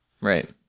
Right